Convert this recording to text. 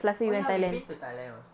oh ya we've been to thailand also